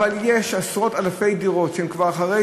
אבל יש עשרות-אלפי דירות שהן כבר אחרי